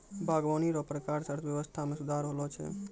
बागवानी रो प्रकार से अर्थव्यबस्था मे सुधार होलो छै